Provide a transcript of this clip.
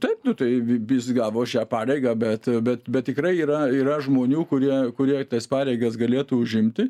taip nu tai jis gavo šią pareigą bet bet bet tikrai yra yra žmonių kurie kurie tas pareigas galėtų užimti